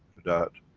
that,